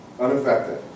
unaffected